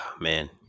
Man